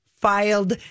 filed